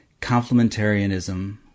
complementarianism